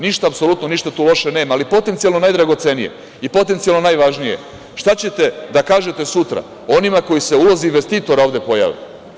Ništa, apsolutno ništa tu loše nema, ali potencijalno najdragocenije i potencijalno najvažnije - šta ćete da kažete sutra onima koji se u ulozi investitora ovde pojave?